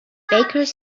bakers